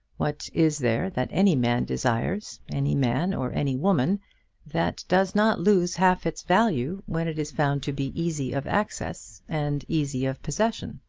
what is there that any man desires any man or any woman that does not lose half its value when it is found to be easy of access and easy of possession?